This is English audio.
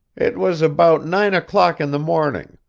it was about nine o'clock in the morning,